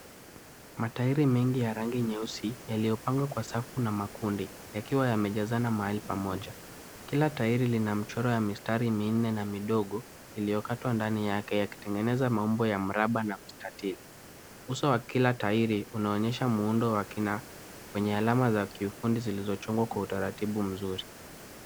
Matairi mengi ya rangi nyeusi yaliyopangwa kwa safu na makundi yakiwa yamejazana mahali pamoja. Kila tairi lina mchoro ya mistari minne na midogo iliyokatwa ndani yake yakitengeneza maumbo ya mraba na mstatili. Uso wa kila tairi unaonyesha muundo wa kina wenye alama za kiufundi zilizochongwa kwa utaratibu mzuri.